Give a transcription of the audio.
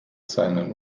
seinen